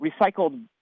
recycled